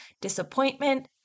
disappointment